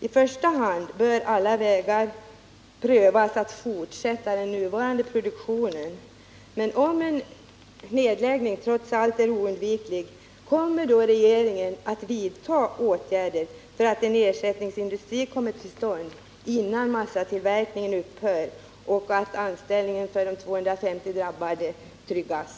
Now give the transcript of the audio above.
I första hand bör alla vägar prövas att fortsätta den nuvarande produktionen. Men kommer regeringen, om en nedläggning trots allt är oundviklig, att vidta åtgärder, så att ersättningsindustri kommer till stånd innan massatillverkningen upphör och så att anställningen för de 250 anställda tryggas?